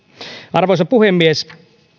arvoisa puhemies